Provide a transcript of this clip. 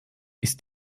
ist